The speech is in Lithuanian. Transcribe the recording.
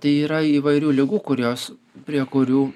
tai yra įvairių ligų kurios prie kurių